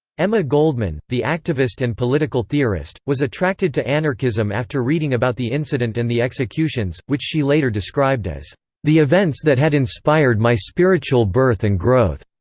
emma goldman, the activist and political theorist, was attracted to anarchism after reading about the incident and the executions, which she later described as the events that had inspired my spiritual birth and growth.